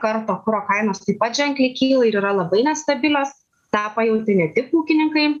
karto kuro kainos taip pat ženkliai kyla ir yra labai nestabilios tą pajautė ne tik ūkininkai